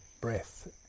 breath